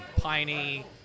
piney